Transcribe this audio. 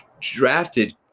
drafted